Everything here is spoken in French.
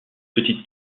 petite